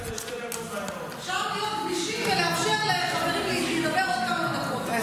אפשר להיות גמישים ולאפשר לחברים לדבר עוד כמה דקות.